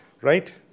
right